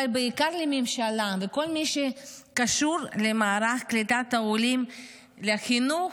אבל בעיקר לממשלה ולכל מי שקשור למערך קליטת העולים לחינוך,